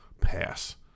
Pass